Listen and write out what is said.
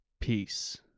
peace